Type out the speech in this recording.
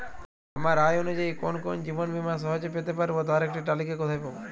আমার আয় অনুযায়ী কোন কোন জীবন বীমা সহজে পেতে পারব তার একটি তালিকা কোথায় পাবো?